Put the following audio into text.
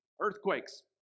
earthquakes